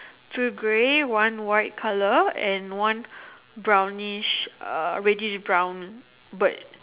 two grey one white colour and one brownish uh reddish brown bird